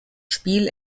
spiel